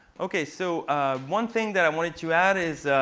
ok so one thing that i wanted to add is,